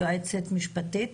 יועצת משפטית.